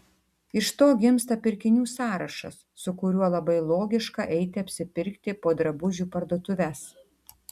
iš to gimsta pirkinių sąrašas su kuriuo labai logiška eiti apsipirkti po drabužių parduotuves